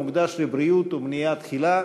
המוקדש לבריאות ומניעה תחילה.